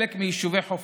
חלק מיישובי חוף